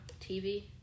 TV